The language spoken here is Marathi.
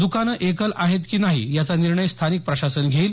दकान एकल आहे की नाही याचा निर्णय स्थानिक प्रशासन घेईल